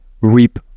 reap